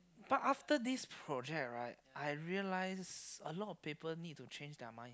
but after this project right I realize a lot of people need to change their mind